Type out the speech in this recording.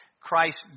Christ